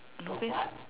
novice